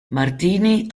martini